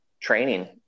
training